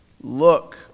Look